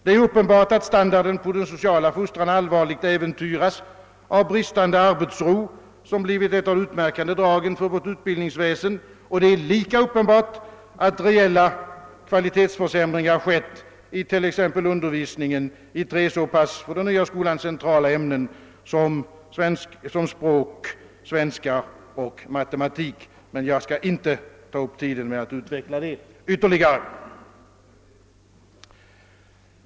Det är uppenbart att standarden på den sociala fostran allvarligt äventyras av bristande arbetsro, som blivit ett av de utmärkande dragen för vårt utbildningsväsende, och lika uppenbart är det att reella kvalitetsförsämringar skett it.ex. undervisningen i tre för den nya skolan så pass centrala ämnen som främmande språk, svenska och matematik. Jag skall inte ta upp tiden med att utveckla detta ytterligare.